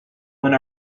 wind